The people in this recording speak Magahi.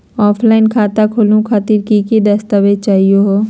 ऑफलाइन खाता खोलहु खातिर की की दस्तावेज चाहीयो हो?